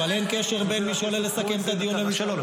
אבל אין קשר בין מי שעולה לסכם את הדיון --- חבר הכנסת קרויזר,